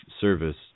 service